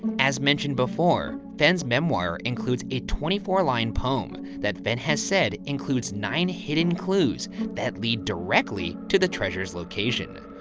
as mentioned before, fenn's memoir includes a twenty four line poem that fenn has said includes nine hidden clues that lead directly to the treasure's location.